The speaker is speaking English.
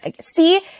see